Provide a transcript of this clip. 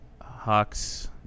Hawks